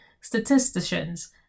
statisticians